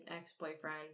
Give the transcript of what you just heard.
ex-boyfriend